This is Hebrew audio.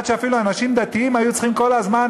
עד שאפילו אנשים דתיים היו צריכים כל הזמן